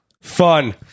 Fun